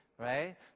right